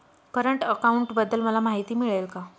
Current अकाउंटबद्दल मला माहिती मिळेल का?